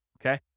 Okay